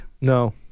No